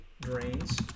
drains